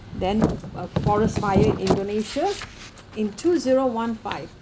then a forest fire indonesia in two zero one five